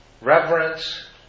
reverence